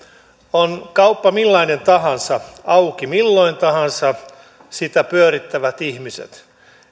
on kauppa millainen tahansa auki milloin tahansa sitä pyörittävät ihmiset